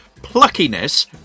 pluckiness